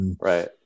Right